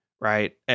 right